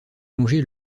longer